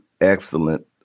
excellent